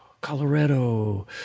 Colorado